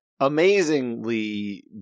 amazingly